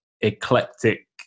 eclectic